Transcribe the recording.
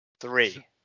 three